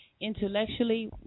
intellectually